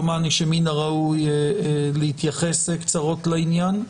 דומני שמן הראוי להתייחס קצרות לעניין.